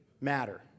matter